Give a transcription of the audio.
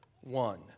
one